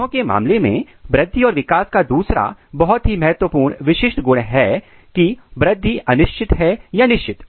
पौधों के मामले में वृद्धि और विकास का दूसरा बहुत ही महत्वपूर्ण विशिष्ट गुण है कि वृद्धि अनिश्चित है या निश्चित